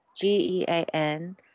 g-e-a-n